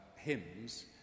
hymns